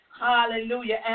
hallelujah